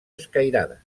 escairades